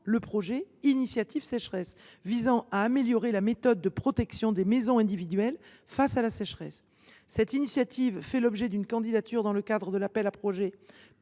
le projet Initiative sécheresse, visant à améliorer la méthode de protection des maisons individuelles face à la sécheresse. Cette initiative a fait l’objet d’une candidature dans le cadre de l’appel à projets